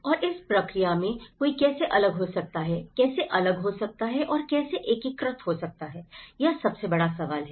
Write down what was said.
और इस प्रक्रिया में कोई कैसे अलग हो सकता है कैसे अलग हो सकता है और कैसे एकीकृत हो सकता है यह सबसे बड़ा सवाल है